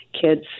kids